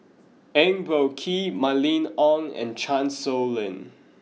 Eng Boh Kee Mylene Ong and Chan Sow Lin